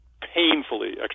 painfully